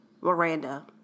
Miranda